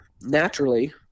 naturally